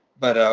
but